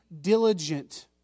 diligent